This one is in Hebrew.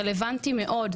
אלא רלוונטי מאוד.